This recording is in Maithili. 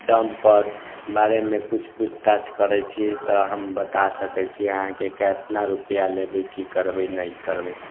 दम पर बारेमे किछु पूछताछ करैत छी तऽ हम बता सकैत छी अहाँकेँ केतना रुपआ लेबै की करबै नहि करबै